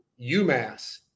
UMass